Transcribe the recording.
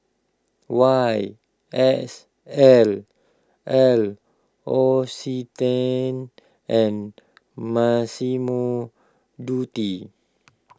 Y S L L Occitane and Massimo Dutti